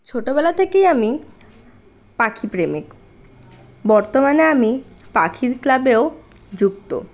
ছোটবেলা থেকেই আমি পাখি প্রেমিক বর্তমানে আমি পাখির ক্লাবেও যুক্ত